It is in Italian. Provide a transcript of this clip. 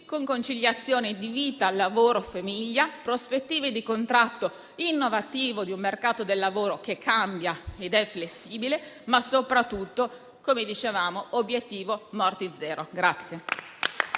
con la conciliazione di vita, lavoro e famiglia, prospettive di contratto innovativo di un mercato del lavoro che cambia ed è flessibile, ma soprattutto - come dicevamo - con l'obiettivo morti zero.